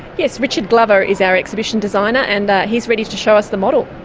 yes, richard glover is our exhibition designer and he is ready to show us the model.